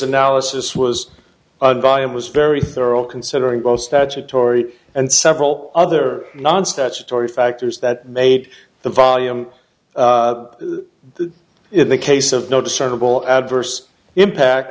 analysis was volume was very thorough considering both statutory and several other non statutory factors that made the volume the in the case of no discernible adverse impact